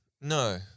no